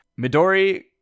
Midori